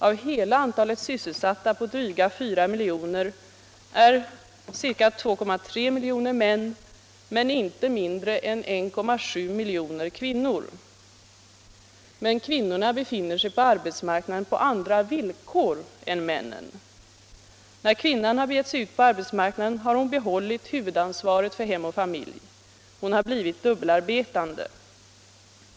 Av hela antalet sysselsatta på dryga 4 miljoner är 2,3 miljoner män och inte mindre än 1,7 miljoner kvinnor! Men kvinnorna befinner sig på arbetsmarknaden på andra villkor än männen. När kvinnan har begett sig ut på arbetsmarknaden har hon behållit huvudansvaret för hem och familj. Hon har blivit dubbelarbetande.